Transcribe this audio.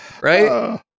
right